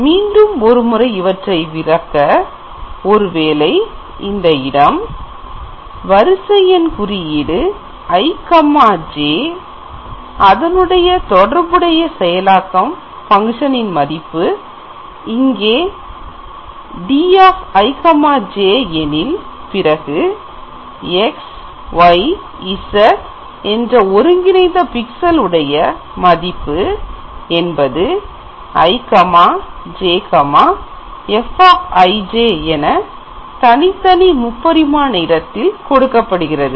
மீண்டும் ஒரு முறை இவற்றை விளக்க ஒருவேளை இந்த இடம் வரிசை எண் குறியீடு ijஅதனுடன் தொடர்புடைய செயலாக்கம் மதிப்பு இங்கே fij எனில் பிறகு xyz என்ற ஒருங்கிணைந்த பிக்சல் உடைய மதிப்பு என்பது ijfij என தனித்தனி முப்பரிமாண இடத்தில் கொடுக்கப்படுகிறது